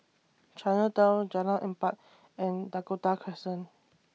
Chinatown Jalan Empat and Dakota Crescent